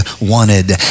wanted